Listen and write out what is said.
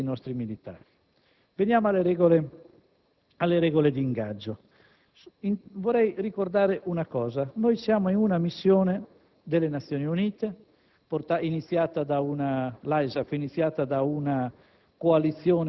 Si è discusso delle questioni che riguardano le regole d'ingaggio, i *caveat* e le attrezzature e gli equipaggiamenti dei nostri militari. Circa le regole d'ingaggio,